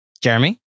Jeremy